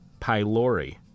pylori